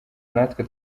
natwe